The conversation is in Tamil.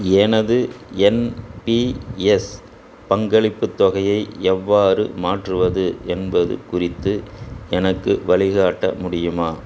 எனது என்பிஎஸ் பங்களிப்புத் தொகையை எவ்வாறு மாற்றுவது என்பது குறித்து எனக்கு வழிகாட்ட முடியுமா